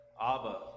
Abba